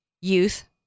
Youth